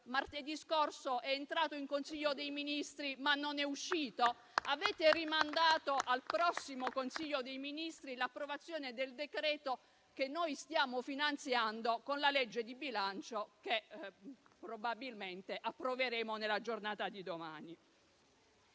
martedì scorso è entrato in Consiglio dei ministri, ma non ne è uscito? Avete rimandato al prossimo Consiglio dei ministri l'approvazione del decreto che stiamo finanziando con la legge di bilancio che probabilmente approveremo nella giornata di domani.